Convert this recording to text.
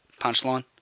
Punchline